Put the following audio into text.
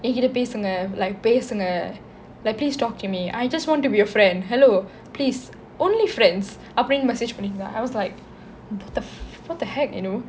எங்கிட்டே பேசுங்க:engkitte pesunga like பேசுங்க:pesunga like please talk to me I just want to be a friend hello please only friends அப்படின்னு:appadinnu message பண்ணுங்க:pannunga I was like what the what the heck you know